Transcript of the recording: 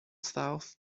south